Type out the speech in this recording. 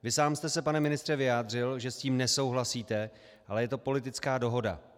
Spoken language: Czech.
Vy sám jste se, pane ministře, vyjádřil, že s tím nesouhlasíte, ale je to politická dohoda.